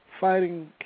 fighting